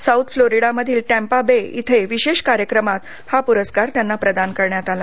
south फ्लोरिडामधील Tampa Bay येथे विशेष कार्याक्रमात हा पुरस्कार त्यांना प्रदान करण्यात आला